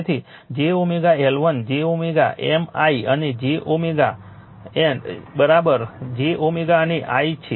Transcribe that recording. તેથી j L1 j M i અને j અને j અને i છે